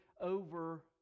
over